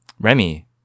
Remy